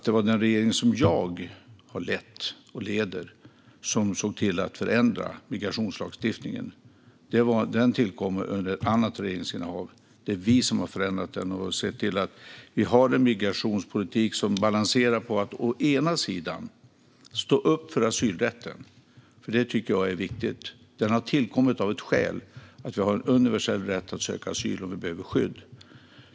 Det var den regering som jag lett och leder som såg till att förändra migrationslagstiftningen. Den tillkom under en annan regering. Det är vi som har förändrat den och sett till att vi har en migrationspolitik som balanserar att å ena sidan stå upp för asylrätten, för det är viktigt. Den rätten har tillkommit av ett skäl, och vi har en universell rätt att söka asyl om vi behöver skydd.